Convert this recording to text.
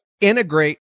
integrate